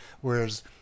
Whereas